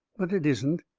but it isn't.